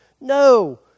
No